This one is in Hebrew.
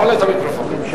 מי בעד ההסתייגות הראשונה?